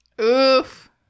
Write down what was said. Oof